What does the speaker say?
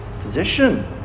position